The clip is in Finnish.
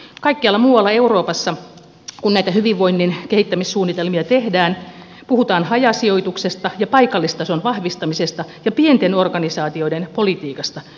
kaikkialla muualla euroopassa kun näitä hyvinvoinnin kehittämissuunnitelmia tehdään puhutaan hajasijoituksesta ja paikallistason vahvistamisesta ja pienten organisaatioiden politiikasta